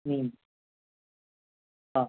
हां